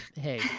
Hey